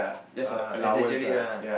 err exaggerate lah